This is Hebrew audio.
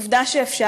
עובדה שאפשר.